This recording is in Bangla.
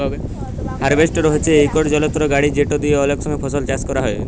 হার্ভেস্টর হছে ইকট যলত্র গাড়ি যেট দিঁয়ে অলেক ফসল চাষ ক্যরা যায়